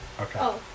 okay